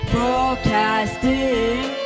Broadcasting